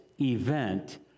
event